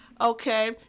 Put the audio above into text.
Okay